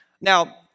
Now